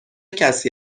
کسی